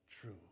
true